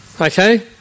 Okay